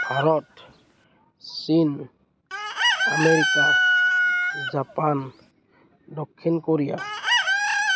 ভাৰত চীন America Japan দক্ষিণ Korea